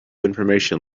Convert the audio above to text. information